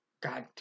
God